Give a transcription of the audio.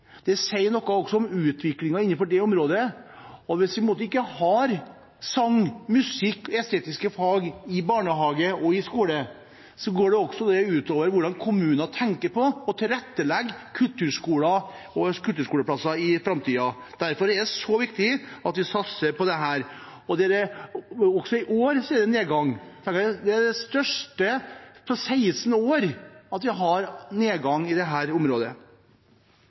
Det sier også noe om utviklingen innenfor det området. Hvis vi ikke har sang, musikk, estetiske fag i barnehage og skole, går det også ut over hvordan kommunene tenker på og tilrettelegger for kulturskoler og kulturskoleplasser i framtiden. Derfor er det så viktig at vi satser på dette. Også i år er det nedgang. Det er den største nedgangen vi har hatt på 16 år på dette området. Statsråden bør være bekymret for dette når vi ser at sang ikke brukes så mye i